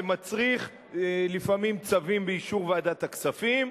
זה מצריך לפעמים צווים באישור ועדת הכספים,